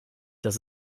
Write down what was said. dass